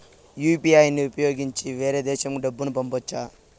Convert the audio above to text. UPI ని ఉపయోగించి వేరే దేశంకు డబ్బును పంపొచ్చా?